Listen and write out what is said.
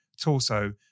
torso